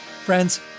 Friends